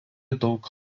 daug